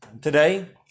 Today